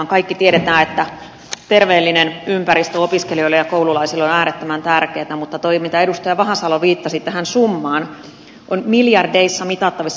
kaikki tiedetään että terveellinen ympäristö opiskelijoille ja koululaisille on äärettömän tärkeätä mutta tuo mitä edustaja vahasalo viittasi tähän summaan on miljardeissa mitattavissa